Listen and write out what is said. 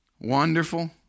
Wonderful